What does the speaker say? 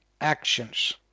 actions